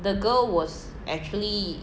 the girl was actually